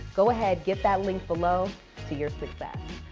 go ahead. get that link below. to your success.